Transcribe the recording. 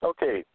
Okay